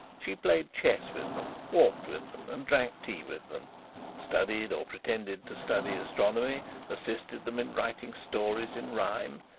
she played chess with them, walked with them, and drank tea with them studied or pretended to study astronomy assisted them in writing stories in rhyme,